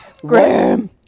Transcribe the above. Graham